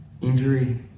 injury